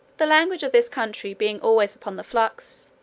the language of this country being always upon the flux,